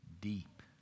deep